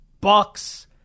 Bucks